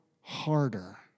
harder